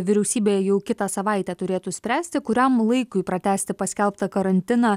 vyriausybė jau kitą savaitę turėtų spręsti kuriam laikui pratęsti paskelbtą karantiną